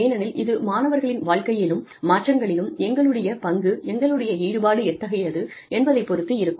ஏனெனில் இது மாணவர்களின் வாழ்க்கையிலும் மாற்றங்களிலும் எங்களுடைய பங்கு எங்களுடைய ஈடுபாடு எத்தகையது என்பதை பொறுத்து இருக்கும்